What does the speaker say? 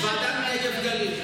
לוועדת נגב גליל.